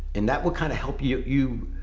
and that will kind of help you you